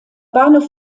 bahnhof